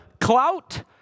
clout